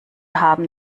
haben